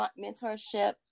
mentorship